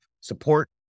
support